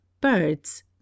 Birds